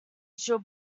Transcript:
she’ll